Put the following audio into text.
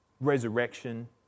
resurrection